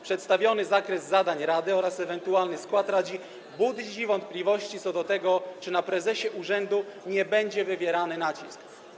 Przedstawiony zakres zadań rady oraz ewentualny skład rady budzi wątpliwości co do tego, czy na prezesie urzędu nie będzie wywierany nacisk.